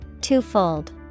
Twofold